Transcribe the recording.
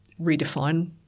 redefine